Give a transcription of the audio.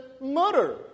murder